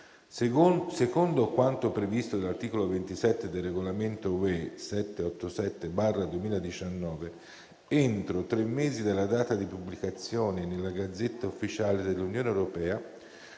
Secondo quanto previsto dall'articolo 27 del Regolamento UE 787 del 2019, entro tre mesi dalla data di pubblicazione nella *Gazzetta Ufficiale* dell'Unione europea,